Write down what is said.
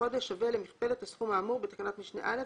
חודש שווה למכפלת הסכום האמור בתקנת משנה (א),